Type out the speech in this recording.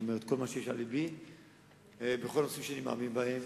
אני אומר כל מה שיש על לבי בכל הנושאים שאני מאמין בהם.